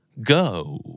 Go